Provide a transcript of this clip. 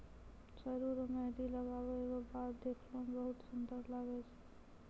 सरु रो मेंहदी लगबै रो बाद देखै मे बहुत सुन्दर लागै छै